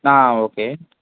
ఆ ఓకే